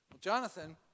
Jonathan